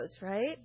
right